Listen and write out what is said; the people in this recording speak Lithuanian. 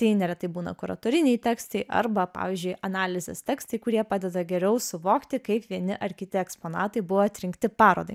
tai neretai būna kuratoriniai tekstai arba pavyzdžiui analizės tekstai kurie padeda geriau suvokti kaip vieni ar kiti eksponatai buvo atrinkti parodai